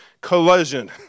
collision